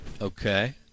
Okay